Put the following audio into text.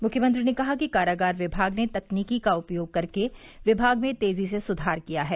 मुख्यमंत्री ने कहा कि कारागार विभाग ने तकनीकी का उपयोग करके विभाग में तेजी से सुधार किया है